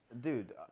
Dude